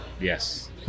Yes